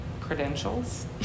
credentials